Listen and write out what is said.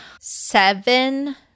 seven